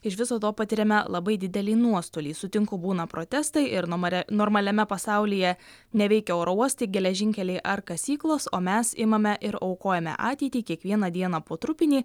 iš viso to patiriame labai dideli nuostolį sutinku būna protestai ir numare normaliame pasaulyje neveikia oro uostai geležinkeliai ar kasyklos o mes imame ir aukojame ateitį kiekvieną dieną po trupinį